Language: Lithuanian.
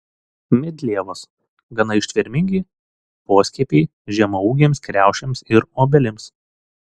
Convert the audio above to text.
medlievos gana ištvermingi poskiepiai žemaūgėms kriaušėms ir obelims